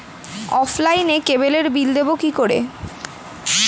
অফলাইনে ক্যাবলের বিল দেবো কি করে?